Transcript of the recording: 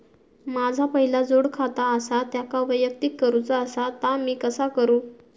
माझा पहिला जोडखाता आसा त्याका वैयक्तिक करूचा असा ता मी कसा करू?